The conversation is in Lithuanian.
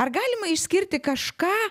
ar galima išskirti kažką